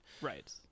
right